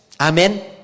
Amen